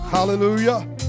Hallelujah